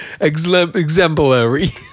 Exemplary